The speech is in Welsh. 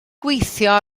gweithio